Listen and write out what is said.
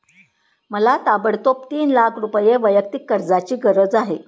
मला ताबडतोब तीन लाख रुपये वैयक्तिक कर्जाची गरज आहे